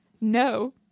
No